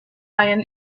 iron